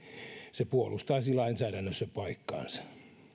se puolustaisi lainsäädännössä paikkaansa